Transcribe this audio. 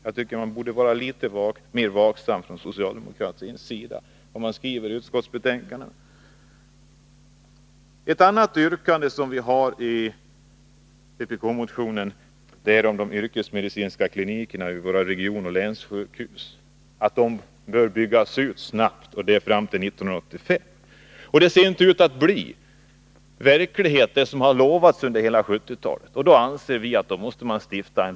Jag tycker att man borde vara litet mer vaksam från socialdemokratins sida på vad som skrivs i utskottsbetänkandena. Ett annat yrkande i vpk-motionen gäller de yrkesmedicinska klinikerna vid våra regionoch länssjukhus. De bör byggas ut snabbt, och det före 1985. Det som utlovats under hela 1970-talet ser inte ut att bli verklighet. Därför anser vi att en lag måste stiftas.